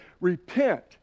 repent